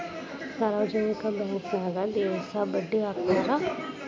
ಸಾರ್ವಜನಿಕ ಬಾಂಕನ್ಯಾಗ ದಿವಸ ಬಡ್ಡಿ ಲೆಕ್ಕಾ ಹಾಕ್ತಾರಾ